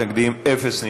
תוסיף אותי.